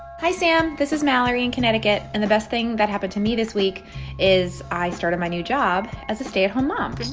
hi, sam. this is mallory in connecticut. and the best thing that happened to me this week is i started my new job as a stay-at-home mom